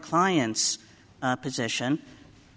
client's position